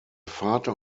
vater